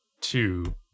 two